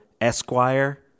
Esquire